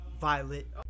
Violet